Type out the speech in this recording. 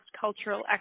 cultural